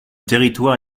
territoire